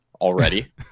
already